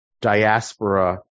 Diaspora